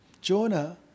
Jonah